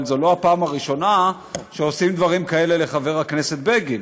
אבל זו לא הפעם הראשונה שעושים דברים כאלה לחבר הכנסת בגין.